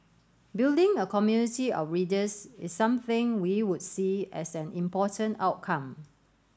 building a community of readers is something we would see as an important outcome